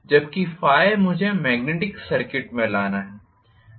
जबकि ϕ मुझे magnetic circuit में लाना है